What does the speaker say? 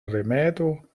rimedo